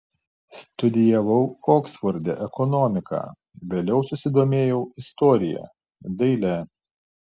studijavau oksforde ekonomiką vėliau susidomėjau istorija daile